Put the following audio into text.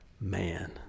man